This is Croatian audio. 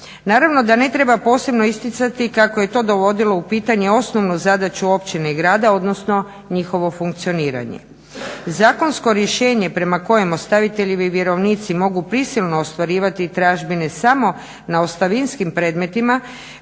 Naravno da ne treba posebno isticati kako je to dovodilo u pitanje osnovnu zadaću općine i grada, odnosno njihovo funkcioniranje. Zakonsko rješenje prema kojem ostaviteljevi vjerovnici mogu prisilno ostvarivati i tražbine samo na ostavinskim predmetima